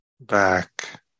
back